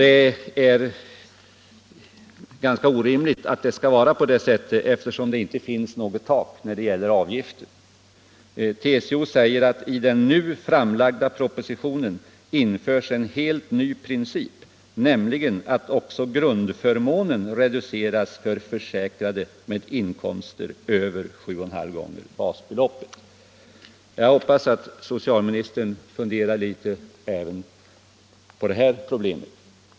Detta är ganska orimligt, eftersom det inte inte finns något tak när det gäller avgifterna. TCO säger att i den nu framlagda propositionen införs en helt ny princip, nämligen att också grundförmånen reduceras för försäkrade med inkomster över 7,5 gånger basbeloppet. Jag hoppas att socialministern funderar litet även på detta problem.